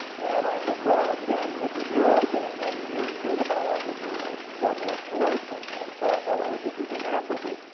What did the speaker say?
and i said well, jim, this is your opening. i mean, you're the biographer of delmore schwartz and and saul bellow, this is a natural for you.